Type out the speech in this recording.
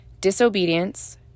Disobedience